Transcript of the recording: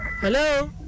Hello